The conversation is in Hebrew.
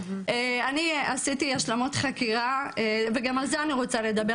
אני עשיתי השלמות חקירה, וגם על זה אני רוצה לדבר.